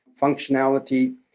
functionality